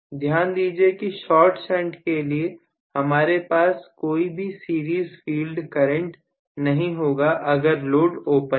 ध्यान दीजिए कि शार्ट शंट के लिए हमारे पास कोई भी सीरीज फील्ड करंट नहीं होगा अगर लोड ओपन है